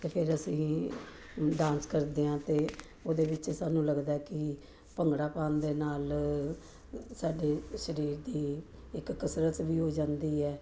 ਅਤੇ ਫਿਰ ਅਸੀਂ ਡਾਂਸ ਕਰਦੇ ਹਾਂ ਅਤੇ ਉਹਦੇ ਵਿੱਚ ਸਾਨੂੰ ਲੱਗਦਾ ਕਿ ਭੰਗੜਾ ਪਾਉਣ ਦੇ ਨਾਲ ਸਾਡੇ ਸਰੀਰ ਦੀ ਇੱਕ ਕਸਰਤ ਵੀ ਹੋ ਜਾਂਦੀ ਹੈ